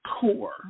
core